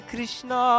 Krishna